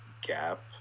gap